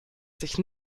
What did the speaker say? sich